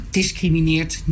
discrimineert